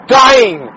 dying